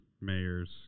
mayors